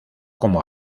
como